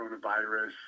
coronavirus